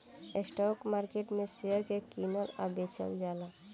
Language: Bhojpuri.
स्टॉक मार्केट में शेयर के कीनल आ बेचल जाला